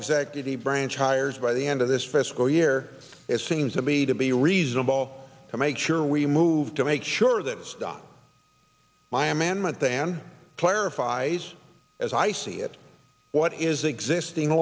executive branch hires by the end of this fiscal year it seems to me to be reasonable to make sure we move to make sure that it's done my amendment than clarifies as i see it what is the existing